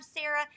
Sarah